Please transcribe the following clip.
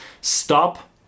stop